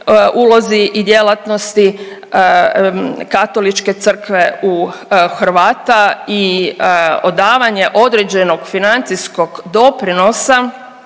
ulozi i djelatnosti Katoličke crkve u Hrvata i odavanje određenog financijskog doprinosa